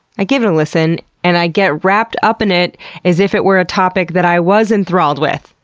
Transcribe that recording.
i give it a listen and i get wrapped up in it as if it were a topic that i was enthralled with.